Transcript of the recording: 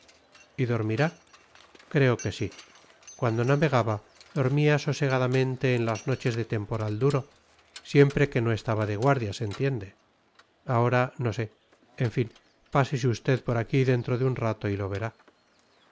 y dormirá creo que sí cuando navegaba dormía sosegadamente en las noches de temporal duro siempre que no estaba de guardia se entiende ahora no sé en fin pásese usted por aquí dentro de un rato y lo verá